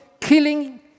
killing